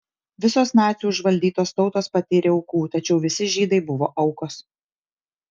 visos nacių užvaldytos tautos patyrė aukų tačiau visi žydai buvo aukos